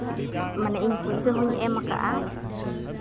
ᱢᱟᱱᱮ ᱤᱧ ᱯᱩᱭᱥᱟᱹ ᱦᱚᱧ ᱮᱢ ᱠᱟᱜᱼᱟ